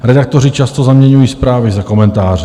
Redaktoři často zaměňují zprávy za komentáře.